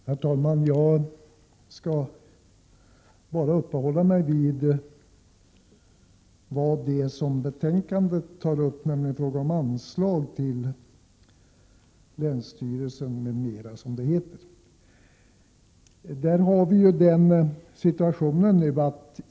Herr talman! Jag skall uppehålla mig enbart vid det som behandlas i betänkandet, nämligen frågan om anslag till länsstyrelserna m.m., som rubriken lyder.